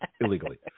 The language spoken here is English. illegally